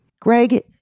Greg